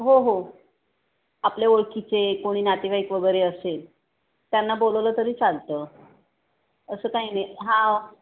हो हो आपले ओळखीचे कोणी नातेवाईक वगैरे असेल त्यांना बोलवलं तरी चालतं असं काही नाही हा